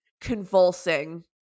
convulsing